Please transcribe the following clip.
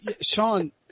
Sean